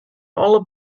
alle